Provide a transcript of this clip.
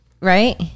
Right